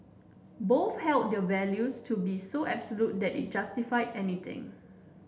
both held their values to be so absolute that it justified anything